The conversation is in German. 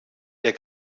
der